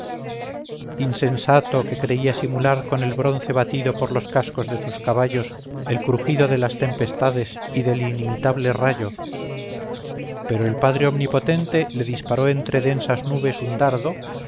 insensato que creía simular con el bronce batido por los cascos de sus caballos el crujido de las tempestades y del inimitable rayo pero el padre omnipotente le disparó entre densas nubes un dardo